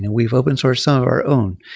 and we've open source some of our own.